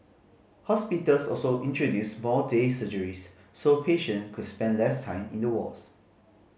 hospitals also introduced more day surgeries so patient could spend less time in the wards